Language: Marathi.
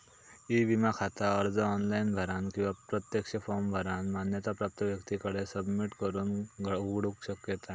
ई विमा खाता अर्ज ऑनलाइन भरानं किंवा प्रत्यक्ष फॉर्म भरानं मान्यता प्राप्त व्यक्तीकडे सबमिट करून उघडूक येता